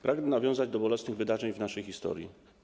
Pragnę nawiązać do bolesnych wydarzeń w naszej historii.